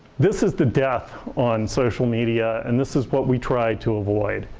this is the death on social media and this is what we try to avoid.